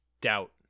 Doubt